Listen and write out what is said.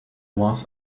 was